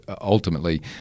ultimately